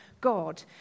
God